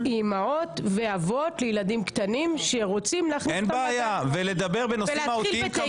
אימהות ואבות לילדים קטנים שרוצים להכניס אותם לגן.